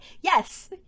yes